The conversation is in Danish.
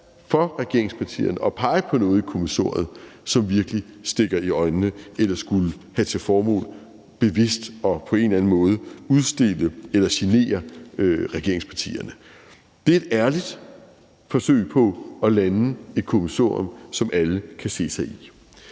for regeringspartierne at pege på noget i kommissoriet, som virkelig stikker i øjnene eller skulle have til formål bevidst på en eller anden måde at udstille eller genere regeringspartierne. Det er et ærligt forsøg på at lande et kommissorium, som alle kan se sig i.